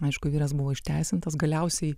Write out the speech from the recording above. aišku vyras buvo išteisintas galiausiai